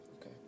okay